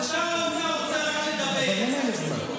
אבל שר האוצר רוצה רק לדבר, ייגמר לי הזמן.